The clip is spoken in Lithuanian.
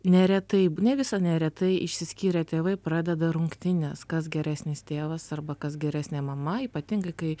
neretai ne visa neretai išsiskyrę tėvai pradeda rungtynes kas geresnis tėvas arba kas geresnė mama ypatingai kai